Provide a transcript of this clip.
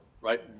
right